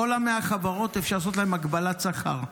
לכל 100 החברות אפשר לעשות הגבלת שכר.